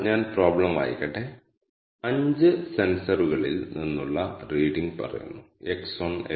ഒരു dot csv ഫയലിൽ നിന്നുള്ള ഡാറ്റ വായിക്കാൻ R ൽ നമ്മൾ read